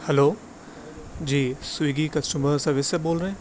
hello جی Swiggy customer service سے بول رہے ہیں